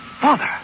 Father